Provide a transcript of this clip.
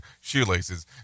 shoelaces